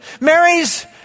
marries